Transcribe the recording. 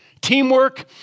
Teamwork